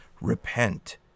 Repent